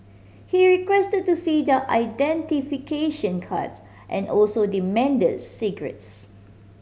he requested to see their identification card and also demanded cigarettes